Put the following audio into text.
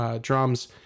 drums